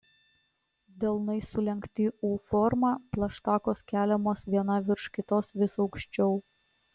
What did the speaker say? delnai sulenkti u forma plaštakos keliamos viena virš kitos vis aukščiau